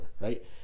right